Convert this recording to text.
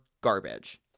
garbage